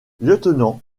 lieutenant